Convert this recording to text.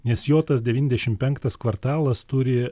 nes jo tas devyniasdešim penktas kvartalas turi